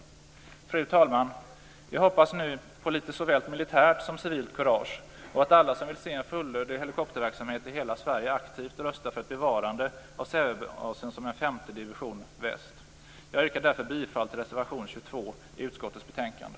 Fru talman! Jag hoppas nu på litet såväl militärt som civilt kurage och att alla som vill se en fullödig helikopterverksamhet i hela Sverige aktivt röstar för ett bevarande av Sävebasen som en femte division väst. Jag yrkar bifall till reservation 22 i utskottets betänkande.